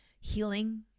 healing